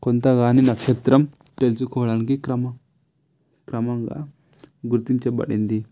కొంత గానీ నక్షత్రం తెలుసుకోవడానికి క్రమ క్రమంగా గుర్తించబడింది